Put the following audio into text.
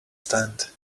stand